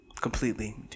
completely